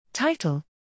Title